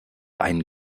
einen